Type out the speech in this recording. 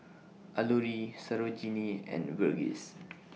Alluri Sarojini and Verghese